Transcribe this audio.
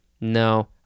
No